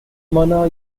mana